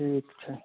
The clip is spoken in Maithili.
ठीक छै